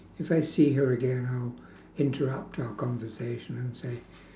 if I see her again I'll interrupt our conversation and say